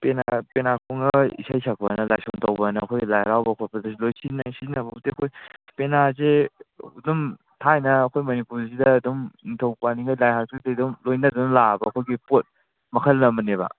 ꯄꯦꯅꯥ ꯈꯣꯡꯉꯒ ꯏꯁꯩ ꯁꯛꯄꯑꯅ ꯂꯥꯏꯁꯣꯟ ꯇꯧꯕꯑꯅ ꯑꯩꯈꯣꯏ ꯂꯥꯏ ꯍꯔꯥꯎꯕ ꯈꯣꯠꯄꯗ ꯂꯣꯏ ꯁꯤꯖꯤꯟꯅꯩ ꯁꯤꯖꯤꯟꯅꯕꯕꯨꯗꯤ ꯑꯩꯈꯣꯏ ꯄꯦꯅꯥꯁꯦ ꯑꯗꯨꯝ ꯊꯥꯏꯅ ꯑꯩꯈꯣꯏ ꯃꯅꯤꯄꯨꯔꯁꯤꯗ ꯑꯗꯨꯝ ꯅꯤꯡꯊꯧ ꯄꯥꯜꯂꯤꯉꯩꯒꯤ ꯂꯥꯏ ꯍꯥꯛꯇꯛꯇꯒꯤ ꯑꯗꯨꯝ ꯂꯣꯏꯅꯗꯨꯅ ꯂꯥꯛꯑꯕ ꯑꯩꯈꯣꯏꯒꯤ ꯄꯣꯠ ꯃꯈꯜ ꯑꯃꯅꯦꯕ